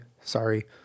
sorry